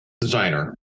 designer